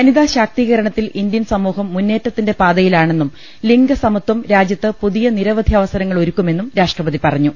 വനിതാ ശാക്തീകര ണത്തിൽ ഇന്ത്യൻ സമൂഹം മുന്നേറ്റത്തിന്റെ പാതയിലാണെന്നും ലിംഗ സമത്വം രാജ്യത്ത് പുതിയ നിരവധി അവസരങ്ങൾ ഒരുക്കുമെന്നും രാഷ്ട്രപതി പറഞ്ഞു